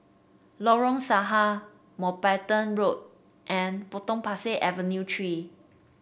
Lorong Sahad Mountbatten Road and Potong Pasir Avenue Three